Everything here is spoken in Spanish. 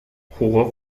jugó